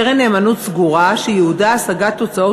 קרן נאמנות סגורה שייעודה הוא השגת תוצאות